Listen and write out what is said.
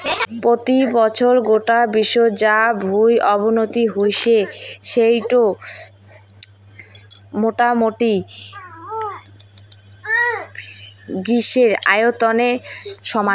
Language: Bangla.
পত্যি বছর গোটা বিশ্বত যা ভুঁই অবনতি হই সেইটো মোটামুটি গ্রীসের আয়তনের সমান